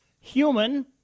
human